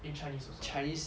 in chinese also have